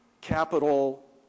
Capital